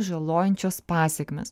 žalojančios pasekmės